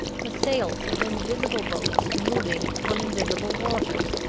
the sails of invisible boats moving on invisible waters.